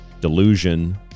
delusion